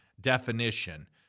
definition